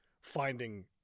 finding